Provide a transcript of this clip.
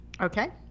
Okay